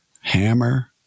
Hammer